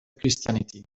christianity